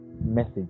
message